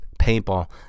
paintball